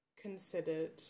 considered